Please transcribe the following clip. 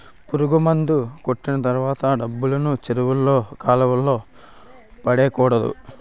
పురుగుమందు కొట్టిన తర్వాత ఆ డబ్బాలను చెరువుల్లో కాలువల్లో పడేకూడదు